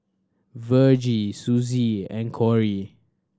Virgie Suzy and Kory